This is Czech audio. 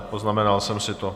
Poznamenal jsem si to.